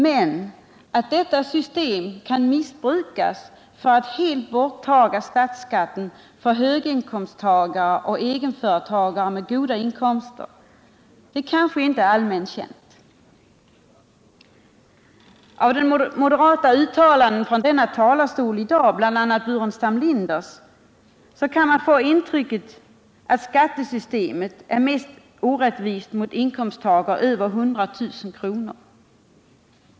Men att detta system kan missbrukas för att helt borttaga statsskatten för höginkomsttagare och egenföretagare med goda inkomster är kanske inte allmänt känt. Av moderata uttalanden från denna talarstol i dag, bl.a. av Staffan Burenstam Linder, kan man få intrycket att skattesystemet är mest orättvist mot inkomsttagare som tjänar mer än 100 000 kr.